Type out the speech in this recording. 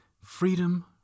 freedom